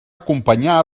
acompanyar